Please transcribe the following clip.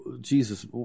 Jesus